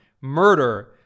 murder